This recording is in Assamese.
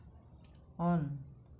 অন